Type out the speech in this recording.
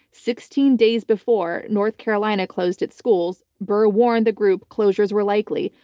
sixteen days before north carolina closed it's schools, barr ah warned the group closures were likely.